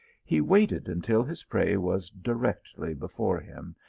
he waited until his prey was di rectly before him,